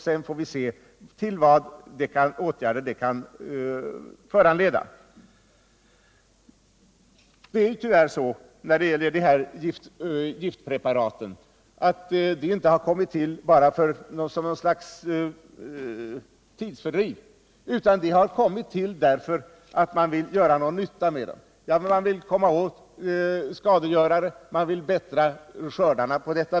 Sedan får vi se vilka åtgärder dess resultat kan föranleda. Det är så att de här giftpreparaten inte har kommit till bara för att ge sina upphovsmän något slags tidsfördriv, utan de har kommit till därför att man vill göra någon nytta med dem. Man vill komma åt skadegörare, man vill förbättra skördarna.